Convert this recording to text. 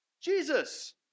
Jesus